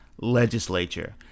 legislature